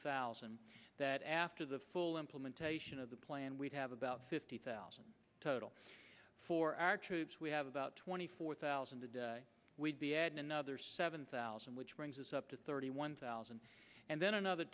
thousand that after the full implementation of the plan we'd have about fifty thousand total for our troops we have about twenty four thousand to do another seven thousand which brings us up to thirty one thousand and then another